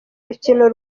rukino